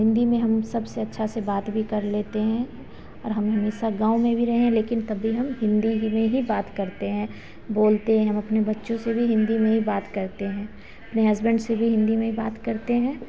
हिन्दी में हम सबसे अच्छा से बात भी कर लेते हैं और हम हमेशा गाँव में भी रहे हैं लेकिन तब भी हम हिन्दी ही में ही बात करते हैं बोलते हैं हम अपने बच्चों से भी हिन्दी में ही बात करते हैं अपने हसबैन्ड से भी हिन्दी में ही बात करते हैं